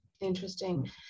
interesting